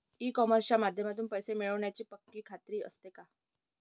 E कॉमर्सच्या माध्यमातून पैसे मिळण्याची पक्की खात्री असते का?